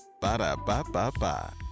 Ba-da-ba-ba-ba